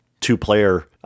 two-player